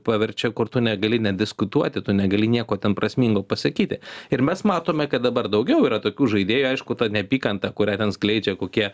paverčia kur tu negali nediskutuoti tu negali nieko ten prasmingo pasakyti ir mes matome kad dabar daugiau yra tokių žaidėjų aišku ta neapykanta kurią ten skleidžia kokie